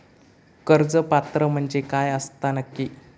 कर्ज पात्र म्हणजे काय असता नक्की?